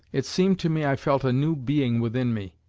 it seemed to me i felt a new being within me,